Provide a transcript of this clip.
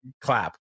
clap